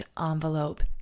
envelope